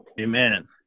Amen